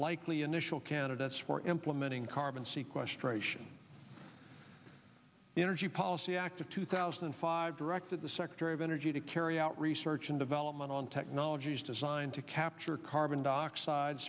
likely initial candidates for implementing carbon sequestration the energy policy act of two thousand and five directed the secretary of energy to carry out research and development on technologies designed to capture carbon dioxide